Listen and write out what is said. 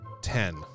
Ten